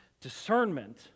discernment